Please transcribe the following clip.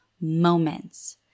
moments